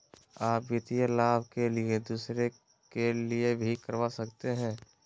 आ वित्तीय लाभ के लिए दूसरे के लिए भी करवा सकते हैं?